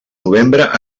novembre